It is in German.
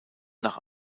nach